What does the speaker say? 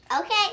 Okay